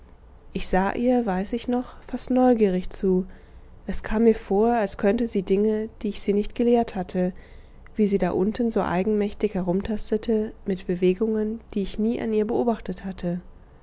ich sah ihr weiß ich noch fast neugierig zu es kam mir vor als könnte sie dinge die ich sie nicht gelehrt hatte wie sie da unten so eigenmächtig herumtastete mit bewegungen die ich nie an ihr beobachtet hatte